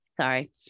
Sorry